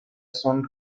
son